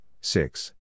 six